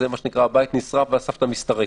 הבית נשרף והסבתא מסתרקת.